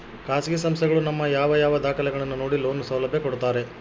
ಖಾಸಗಿ ಸಂಸ್ಥೆಗಳು ನಮ್ಮ ಯಾವ ಯಾವ ದಾಖಲೆಗಳನ್ನು ನೋಡಿ ಲೋನ್ ಸೌಲಭ್ಯ ಕೊಡ್ತಾರೆ?